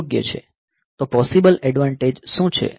તો possible advantage શું છે